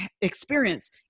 experience